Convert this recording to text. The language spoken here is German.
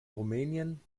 rumänien